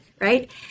right